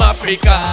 Africa